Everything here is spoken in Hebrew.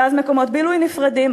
ואז מקומות בילוי נפרדים,